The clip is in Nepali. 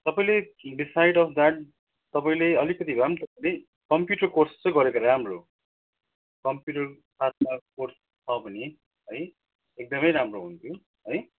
तपाईँले बिसाइड अफ द्याट तपाईँले अलिकति भए पनि केही कम्प्युटर कोर्स चाहिँ गरेको राम्रो कम्प्युटर पासमा कोर्स छ भने है एकदमै राम्रो हुन्थ्यो है